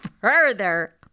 further